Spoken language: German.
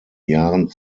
jahren